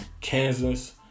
Kansas